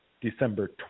December